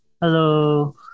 Hello